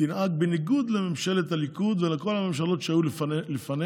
תנהג בעניין הזה בניגוד לממשלת הליכוד ולכל הממשלות שהיו לפניה.